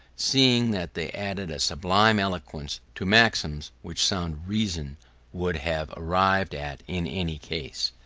seeing that they added a sublime eloquence to maxims which sound reason would have arrived at in any case.